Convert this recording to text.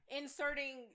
inserting